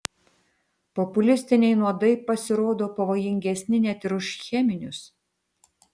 populistiniai nuodai pasirodo pavojingesni net ir už cheminius